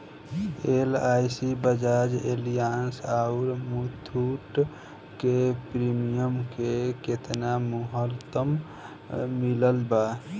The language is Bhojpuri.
एल.आई.सी बजाज एलियान्ज आउर मुथूट के प्रीमियम के केतना मुहलत मिलल बा?